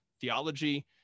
theology